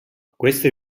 queste